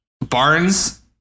Barnes